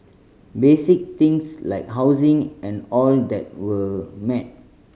basic things like housing and all that were met